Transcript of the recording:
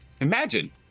Imagine